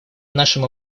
нашему